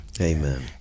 Amen